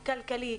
הכלכלי,